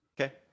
Okay